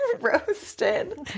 roasted